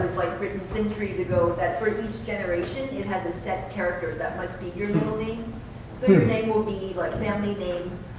written centuries ago, that for each generation, it has a set character that must be your middle name. so your name will be a like family name,